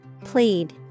Plead